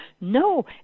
No